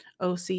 OC